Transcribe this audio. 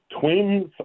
Twins